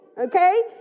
Okay